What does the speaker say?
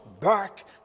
back